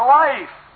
life